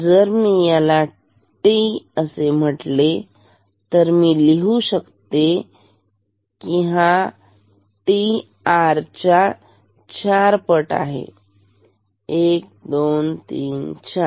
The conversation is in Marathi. जर मी याला टी असे म्हटले तर मी लिहू शकते की हा t r च्या चार पट आहे1 2 3 4